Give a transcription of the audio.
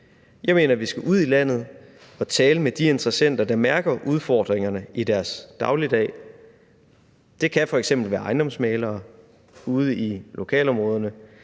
Jeg mener, at vi skal ud i landet og tale med de interessenter, der mærker udfordringer i deres dagligdag. Det kan f.eks. være ejendomsmæglere ude i lokalområderne.